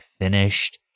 finished